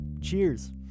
cheers